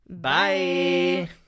Bye